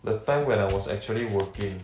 the time when I was actually working